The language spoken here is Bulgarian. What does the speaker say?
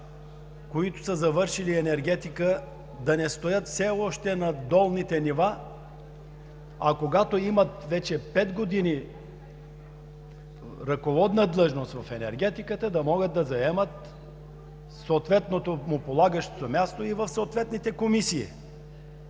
които са завършили енергетика, да не стоят все още на долните нива, а когато имат вече пет години ръководна длъжност в енергетиката, да могат да заемат полагащото се място и в съответните комисии.